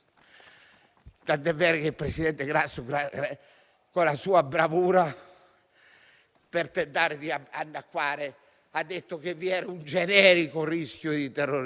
E dopo qualche anno ci siamo trovati con i morti per la strada. Allora il generico rischio del terrorismo non era un generico rischio; sappiamo tutti che cosa avviene